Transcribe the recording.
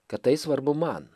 kad tai svarbu man